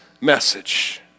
message